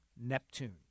Neptune